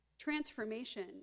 transformation